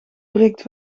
breekt